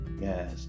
Yes